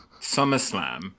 SummerSlam